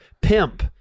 pimp